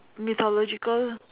mythological